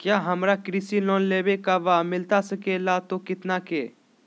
क्या हमारा कृषि लोन लेवे का बा मिलता सके ला तो कितना के?